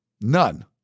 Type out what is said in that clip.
None